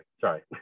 sorry